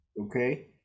okay